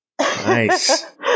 Nice